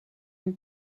une